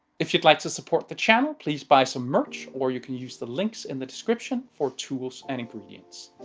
if you'd like to support the channel, please buy some merch or you can use the links in the description for tools and ingredients.